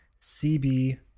CB